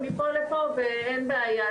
ומפה לפה ואין בעיה,